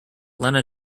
lenna